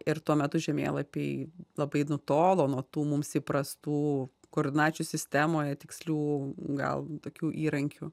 ir tuo metu žemėlapiai labai nutolo nuo tų mums įprastų koordinačių sistemoje tikslių gal tokių įrankių